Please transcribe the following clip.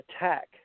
attack